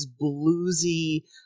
bluesy